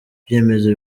ibyemezo